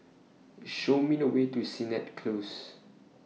Show Me The Way to Sennett Close